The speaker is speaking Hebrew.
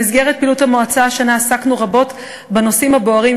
במסגרת פעילות המועצה השנה עסקנו רבות בנושאים הבוערים,